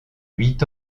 huit